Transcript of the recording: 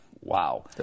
Wow